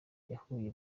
yahuye